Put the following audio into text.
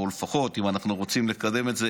או לפחות אם אנחנו רוצים לקדם את זה,